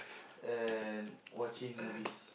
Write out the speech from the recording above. and watching movies